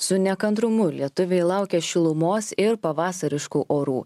su nekantrumu lietuviai laukia šilumos ir pavasariškų orų